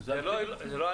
זה לא אלפים.